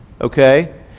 okay